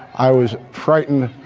i was frightened.